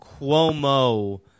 Cuomo